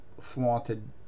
flaunted